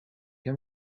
heb